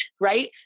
Right